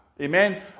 amen